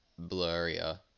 blurrier